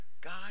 god